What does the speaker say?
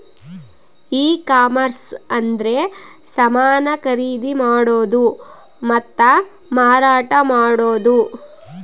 ಈ ಕಾಮರ್ಸ ಅಂದ್ರೆ ಸಮಾನ ಖರೀದಿ ಮಾಡೋದು ಮತ್ತ ಮಾರಾಟ ಮಾಡೋದು